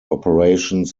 operations